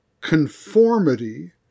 conformity